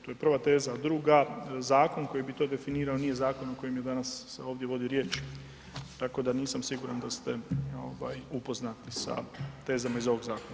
To je prva teza, a druga, zakon koji bi to definirao nije zakon o kojem je danas se ovdje vodi riječ, tako da nisam siguran da ste upoznati sa tezama iz ovog zakona.